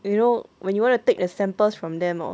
you know when you want to take the samples from them hor